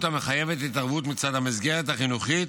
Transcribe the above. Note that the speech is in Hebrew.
המחייבת התערבות מצד המסגרת החינוכית,